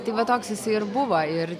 tai va toks jis ir buvo ir